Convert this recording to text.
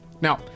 Now